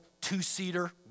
two-seater